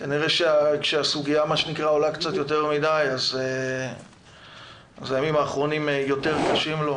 שכנראה כשהסוגיה עולה קצת יותר מדי אז הימים האחרונים קשים לו יותר.